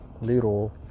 little